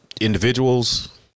individuals